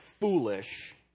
foolish